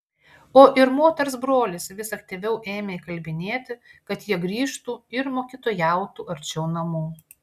o ir moters brolis vis aktyviau ėmė įkalbinėti kad jie grįžtų ir mokytojautų arčiau namų